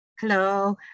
Hello